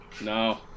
No